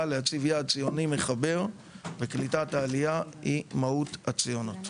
להציב יעד ציוני מחבר וקליטת העלייה היא מהות הציונות.